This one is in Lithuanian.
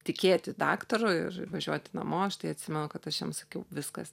tikėti daktaru ir ir važiuoti namo aš tai atsimenu kad aš jam sakiau viskas